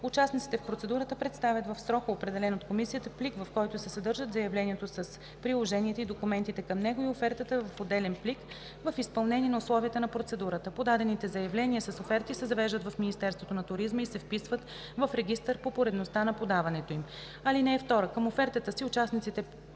Участниците в процедурата представят в срока, определен от комисията плик, в който се съдържат заявлението с приложенията и документите към него и офертата в отделен плик в изпълнение на условията на процедурата. Подадените заявления с оферти се завеждат в Министерството на туризма и се вписват в регистър по поредността на подаването им. (2) Към офертата си участниците